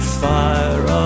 fire